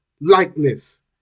likeness